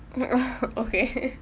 okay